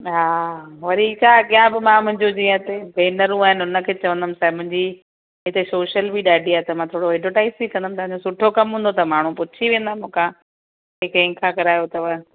हा वरी छा अॻियां बि मां मुंहिंजो जीअं ते भेनरुं आहिनि उनखे चवंदमि त मुंहिंजी हिते सोशल बि ॾाढी आहे त मां थोरो एडवर्टाइज बि कंदमि तव्हांजो सुठो कम हूंदो त माण्हू पुछी वेंदा मूंखां हे कंहिंखां करायो अथव